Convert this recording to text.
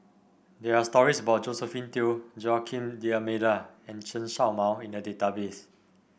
there are stories about Josephine Teo Joaquim D'Almeida and Chen Show Mao in the database